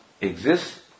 exists